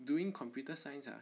doing computer science uh